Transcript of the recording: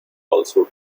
also